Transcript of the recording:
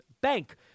Bank